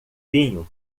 vinho